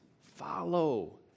Follow